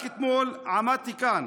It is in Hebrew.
רק אתמול עמדתי כאן